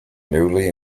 newly